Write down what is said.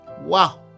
Wow